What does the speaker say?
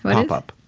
pop-up.